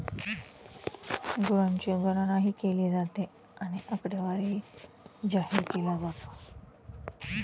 गुरांची गणनाही केली जाते आणि आकडेवारी जाहीर केला जातो